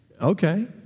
Okay